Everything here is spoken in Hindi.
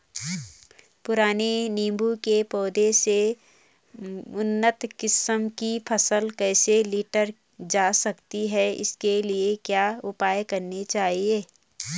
पुराने नीबूं के पौधें से उन्नत किस्म की फसल कैसे लीटर जा सकती है इसके लिए क्या उपाय करने चाहिए?